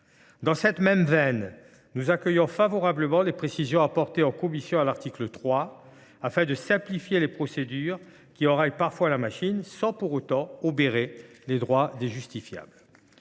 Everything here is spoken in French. Dans cette même veine, nous accueillons favorablement les précisions apportées en commission à l’article 3 afin de simplifier les procédures qui enrayent parfois la machine sans pour autant obérer les droits du justiciable.